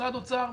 משרד האוצר,